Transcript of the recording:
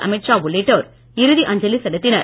அமித்ஷா உள்ளிட்டோர் இறுதி அஞ்சலி செலுத்தினர்